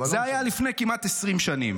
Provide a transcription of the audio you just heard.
רגע, רגע, זה היה לפני כמעט 20 שנים.